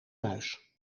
muis